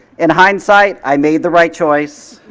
in hindsight, i made the right choice.